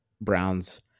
Browns